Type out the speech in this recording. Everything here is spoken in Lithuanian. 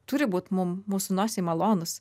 turi būti mum mūsų nosiai malonūs